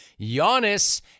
Giannis